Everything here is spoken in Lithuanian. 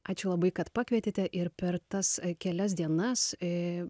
ačiū labai kad pakvietėte ir per tas kelias dienas